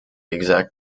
exact